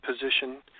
position